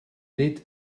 nid